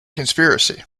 conspiracy